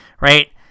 Right